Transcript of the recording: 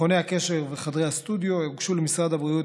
מכוני הכושר וחדרי הסטודיו: הוגשו למשרד הבריאות